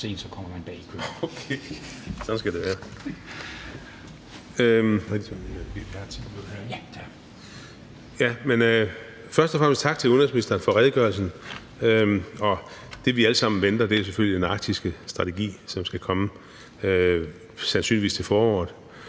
Først og fremmest tak til udenrigsministeren for redegørelsen. Og det, vi alle sammen venter på, er selvfølgelig den arktiske strategi, som skal komme, sandsynligvis til foråret.